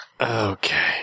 Okay